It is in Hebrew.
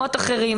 במקומות אחרים,